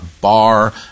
bar